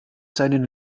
seinen